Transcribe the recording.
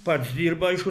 pats dirba aišku